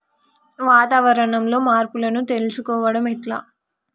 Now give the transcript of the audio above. వాతావరణంలో మార్పులను తెలుసుకోవడం ఎట్ల?